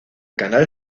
canal